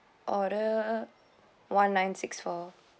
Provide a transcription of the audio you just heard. order one nine six four